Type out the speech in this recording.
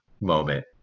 moment